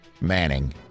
Manning